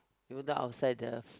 even though outside the